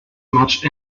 much